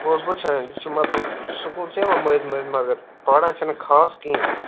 بہٕ اوسُس وُچھان یہِ چھُ مطلب سکوٗل چھُ یِوان مٔنٛزۍ مٔنٛزۍ مگر پَران چھُنہٕ خاص کِہیٖنٛۍ